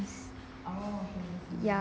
ya